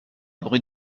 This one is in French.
bruit